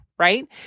right